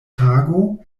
tago